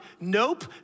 nope